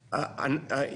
והרווחה,